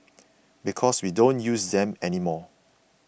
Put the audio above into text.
because we don't use them anymore